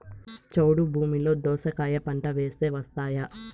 చౌడు భూమిలో దోస కాయ పంట వేస్తే వస్తాయా?